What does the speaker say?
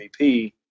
MVP